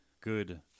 Good